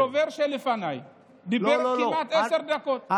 הדובר שלפניי דיבר כמעט עשר דקות,